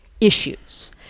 issues